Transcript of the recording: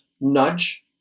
Nudge